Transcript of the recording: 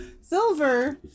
silver